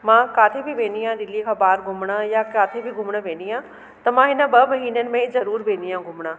मां किते बि वेंदी आहियां दिल्लीअ खां ॿाहिरि घुमणु या किते बि घुमण वेंदी आहियां त मां हिन ॿ महीननि में ज़रूरु वेंदी आहियां घुमणु